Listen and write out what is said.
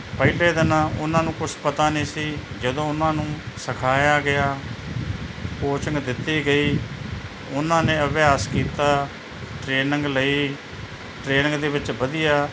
ਪਹਿਲੇ ਦਿਨ ਉਹਨਾਂ ਨੂੰ ਕੁਛ ਪਤਾ ਨਹੀਂ ਸੀ ਜਦੋਂ ਉਹਨਾਂ ਨੂੰ ਸਿਖਾਇਆ ਗਿਆ ਕੋਚਿੰਗ ਦਿੱਤੀ ਗਈ ਉਹਨਾਂ ਨੇ ਅਭਿਆਸ ਕੀਤਾ ਟ੍ਰੇਨਿੰਗ ਲਈ ਟ੍ਰੇਨਿੰਗ ਦੇ ਵਿੱਚ ਵਧੀਆ